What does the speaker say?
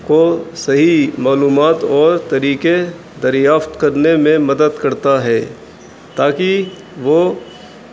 کو صحیح معلومات اور طریقے دریافت کرنے میں مدد کرتا ہے تاکہ وہ